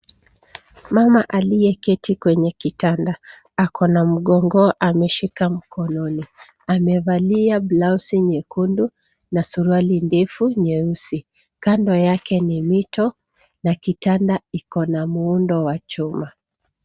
Mama aliyeketi kwenye kitanda ako na mgongo ameshika mkononi amevalia blausi nyekundu na suruali ndefu nyeusi. Kando yake ni mito na kitanda iko na muundo wa chuma.